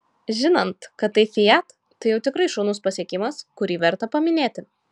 žinant kad tai fiat tai jau tikrai šaunus pasiekimas kurį verta paminėti